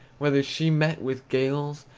whether she met with gales,